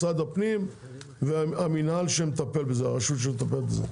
משרד הפנים והרשות שמטפלת בזה.